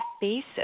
basis